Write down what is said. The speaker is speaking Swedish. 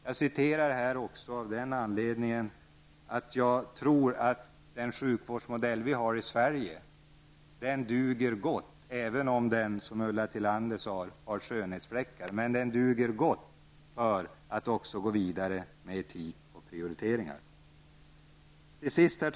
Jag refererar också därför att jag tror att den sjukvårdsmodell som vi har i Sverige duger gott, även om den, som Ulla Tillander sade, har skönhetsfläckar. Den duger gott när det gäller att gå vidare beträffande etik och prioriteringar. Herr talman!